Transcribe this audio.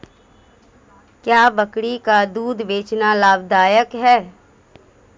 क्या बकरी का दूध बेचना लाभदायक है?